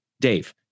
Dave